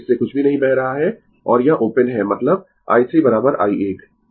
इससे कुछ भी नहीं बह रहा है और यह ओपन है मतलब i 3 i 1